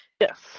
Yes